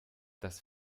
das